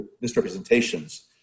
misrepresentations